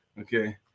Okay